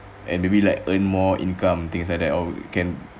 and maybe like earn more income things like that or you can